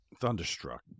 Thunderstruck